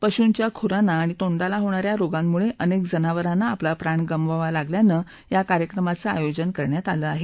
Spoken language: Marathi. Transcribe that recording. पशूंच्या खुरांना आणि तोंडाला होणाऱ्या रोगांमुळे अनेक जनावरांना आपला प्राण गमवावा लागल्यानं या कार्यक्रमाचं आयोजन करण्यात आला आहे